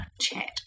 chat